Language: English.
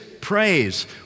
praise